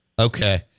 Okay